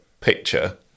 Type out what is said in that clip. picture